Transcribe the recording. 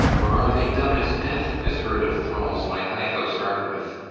or are they dumb as death, this herd of thralls, my high house harboureth?